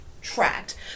tracked